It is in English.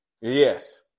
Yes